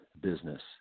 Business